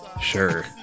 Sure